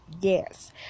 Yes